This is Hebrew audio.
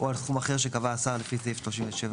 או על סכום אחר שקבע השר לפי סעיף 37(ב)".